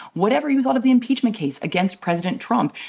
whatever you thought of the impeachment case against president trump,